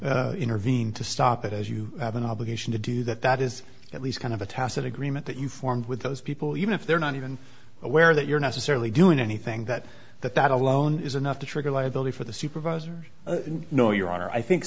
not intervene to stop it as you have an obligation to do that that is at least kind of a tacit agreement that you formed with those people even if they're not even aware that you're necessarily doing anything that that that alone is enough to trigger liability for the supervisor no your honor i think